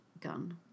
gun